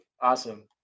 Awesome